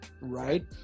right